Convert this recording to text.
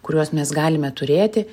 kuriuos mes galime turėti